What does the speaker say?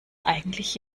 eigentlich